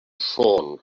ffôn